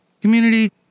community